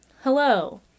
hello